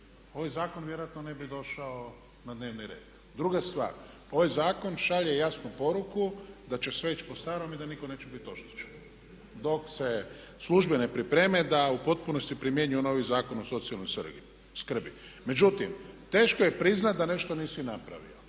ovaj zakon vjerojatno ne bi došao na dnevni red. Druga stvar, ovaj zakon šalje jasnu poruku d će se sve ići po starom i da nitko neće biti oštećen dok se službe ne pripreme da u potpunosti primjenjuju novi Zakon o socijalnoj skrbi. Međutim, teško je priznati da nešto nisi napravio.